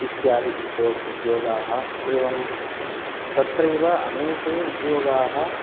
इत्यादि उद्योग् उद्योगाः एवं तत्रैव अनेके उद्योगाः